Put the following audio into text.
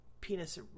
penis